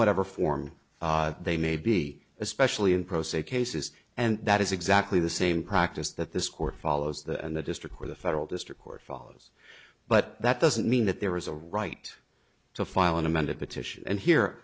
whatever form they may be especially in pro se cases and that is exactly the same practice that this court follows the and the district where the federal district court follows but that doesn't mean that there is a right to file an amended petition and here